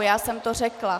Já jsem to řekla.